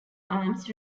arms